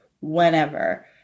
whenever